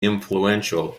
influential